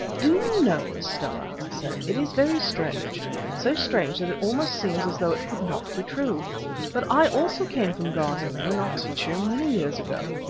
do you know, miss stella, i said, it is very strange so strange that it almost seems as though it could not be true but i also came from garsingham in oxfordshire many years ago.